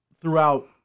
throughout